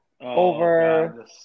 over